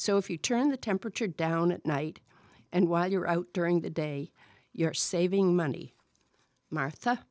so if you turn the temperature down at night and while you're out during the day you're saving money